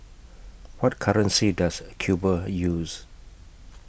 What currency Does Cuba use